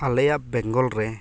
ᱟᱞᱮᱭᱟᱜ ᱵᱮᱝᱜᱚᱞᱨᱮ